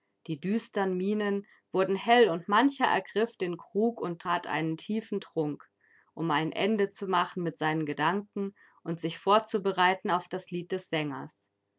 die düstern mienen wurden hell und mancher ergriff den krug und tat einen tiefen trunk um ein ende zu machen mit seinen gedanken und sich vorzubereiten auf das lied des sängers